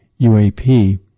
UAP